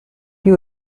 you